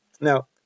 Now